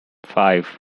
five